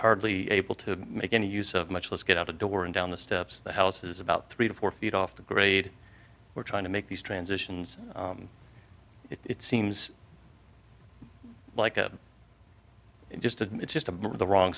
hardly able to make any use of much less get out a door and down the steps the house is about three to four feet off the grade we're trying to make these transitions it seems like a just a it's just the wrong